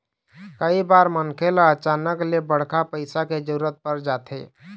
कइ बार मनखे ल अचानक ले बड़का पइसा के जरूरत पर जाथे